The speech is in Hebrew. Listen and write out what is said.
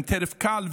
הם טרף קל,